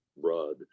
broad